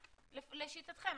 לשיטתכם,